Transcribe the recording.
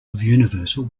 universal